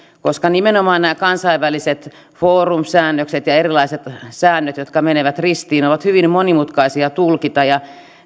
koska nimenomaan nämä kansainväliset forum säännökset ja erilaiset säännöt jotka menevät ristiin ovat hyvin monimutkaisia tulkita ja